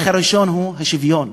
הערך הראשון הוא שוויון,